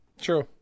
True